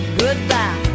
goodbye